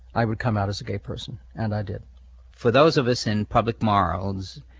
i would come out as a gay person and i did for those of us in public morals,